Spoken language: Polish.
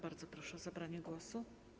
Bardzo proszę o zabranie głosu.